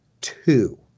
two